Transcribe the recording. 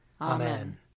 Amen